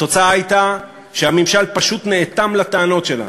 התוצאה הייתה שהממשל פשוט נאטם לטענות שלנו,